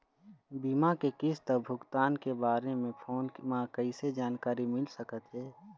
बीमा के किस्त अऊ भुगतान के बारे मे फोन म कइसे जानकारी मिल सकत हे?